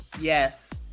yes